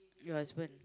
your husband